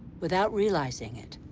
without realizing it,